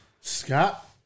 Scott